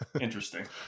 interesting